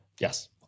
Yes